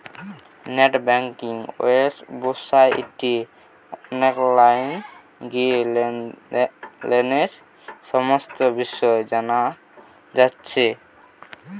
net banking ওয়েবসাইটে online গিয়ে লোনের সমস্ত বিষয় জানা যাচ্ছে